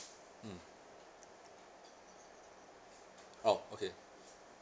mm oh okay